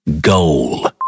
Goal